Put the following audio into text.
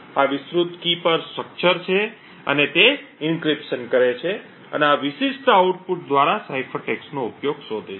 આ વિસ્તૃત કી પર સ્ટ્રક્ચર છે અને તે એન્ક્રિપ્શન કરે છે અને આ વિશિષ્ટ આઉટપુટ દ્વારા સાઇફર ટેક્સ્ટનો ઉપયોગ શોધે છે